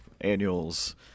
annuals